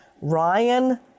Ryan